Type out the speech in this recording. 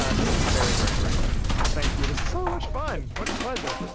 um thank you very, very, very much. oh, thank you. this is so much fun. what a pleasure.